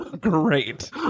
great